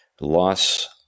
loss